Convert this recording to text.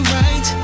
right